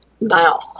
now